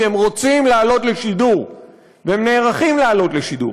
כי הם רוצים לעלות לשידור והם נערכים לעלות לשידור.